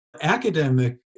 academic